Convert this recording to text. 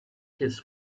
his